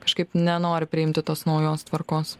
kažkaip nenori priimti tos naujos tvarkos